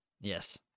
yes